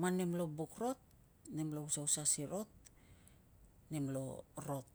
man nemlo buk rot nemlo usausa si rot, nem lo rot.